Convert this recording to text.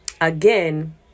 again